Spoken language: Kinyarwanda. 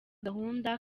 gahunda